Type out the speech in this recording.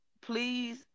please